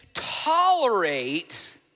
tolerate